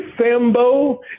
Sambo